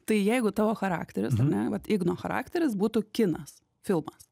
tai jeigu tavo charakteris ar ne vat igno charakteris būtų kinas filmas